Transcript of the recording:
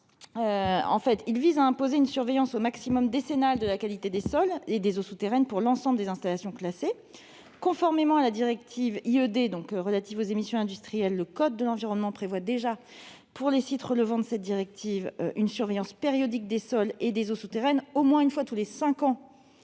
amendements visent à imposer une surveillance décennale de la qualité des sols et des eaux souterraines pour l'ensemble des installations classées. Conformément à la directive IED, relative aux émissions industrielles, le code de l'environnement prévoit déjà pour les sites relevant de cette directive une surveillance périodique des sols et des eaux souterraines, au moins une fois tous les dix ans